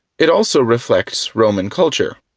it also reflects roman culture.